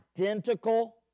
identical